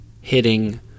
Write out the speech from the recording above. hitting